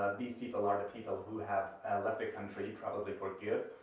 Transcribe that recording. these people are the people who have left the country, probably for good,